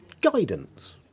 guidance